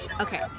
Okay